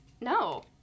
No